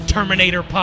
Terminator